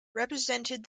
represented